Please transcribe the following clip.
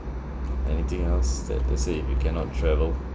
anything else that let's say if you cannot travel